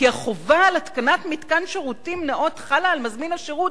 כי החובה על התקנת מתקן שירותים נאות חלה על מזמין השירות,